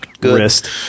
wrist